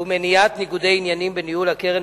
ומניעת ניגודי עניינים בניהול הקרן